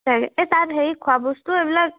এই তাত হেৰি খোৱা বস্তু এইবিলাক